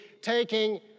taking